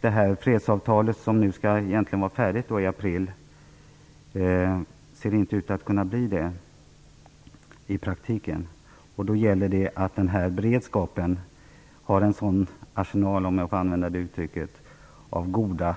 Det fredsavtal som egentligen skulle vara färdigt i april ser inte ut att kunna bli färdigt i praktiken. Då gäller det att beredskapen har en sådan arsenal, om jag får använda det uttrycket, av goda